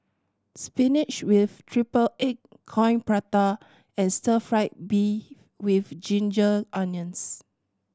spinach with triple egg Coin Prata and stir fried beef with ginger onions